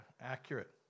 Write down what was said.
accurate